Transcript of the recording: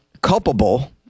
culpable